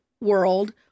world